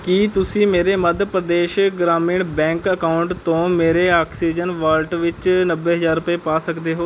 ਕੀ ਤੁਸੀਂ ਮੇਰੇ Madhya Pradesh Gramin bank account ਤੋਂ ਮੇਰੇ ਆਕਸੀਜਨ ਵਾਲਟ ਵਿੱਚ ਨੱਬੇ ਹਜ਼ਾਰ ਰੁਪਏ ਪਾ ਸਕਦੇ ਹੋ